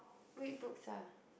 read books ah